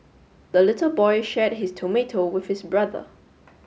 the little boy shared his tomato with his brother